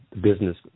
business